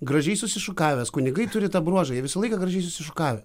gražiai susišukavęs kunigai turi tą bruožą jie visą laiką gražiai susišukavę